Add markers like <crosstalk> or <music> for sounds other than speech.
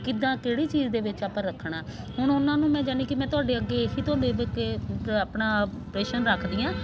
ਕਿੱਦਾਂ ਕਿਹੜੀ ਚੀਜ਼ ਦੇ ਵਿੱਚ ਆਪਾਂ ਰੱਖਣਾ ਹੁਣ ਉਹਨਾਂ ਨੂੰ ਮੈਂ ਯਾਨੀ ਕਿ ਮੈਂ ਤੁਹਾਡੇ ਅੱਗੇ ਇਹ ਹੀ ਤੁਹਾਡੇ ਅੱਗੇ <unintelligible> ਆਪਣਾ ਪ੍ਰਸ਼ਨ ਰੱਖਦੀ ਹਾਂ